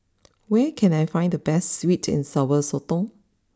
where can I find the best sweet and Sour Sotong